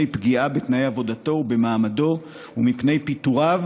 פגיעה בתנאי עבודתו ומעמדו ומפני פיטוריו,